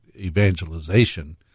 evangelization